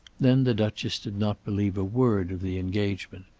then the duchess did not believe a word of the engagement.